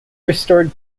restored